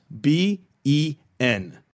B-E-N